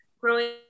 growing